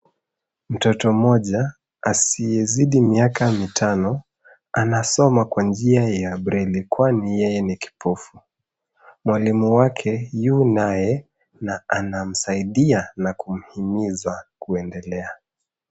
Mtoto mmoja asiyezidi miaka mitano, anasoma kwa njia ya braille kwani yeye ni kipofu. Mwalimu wake yu naye na anamsaidia na kumhimiza kuendelea.